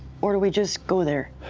or do we just go there?